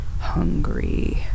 hungry